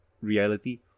reality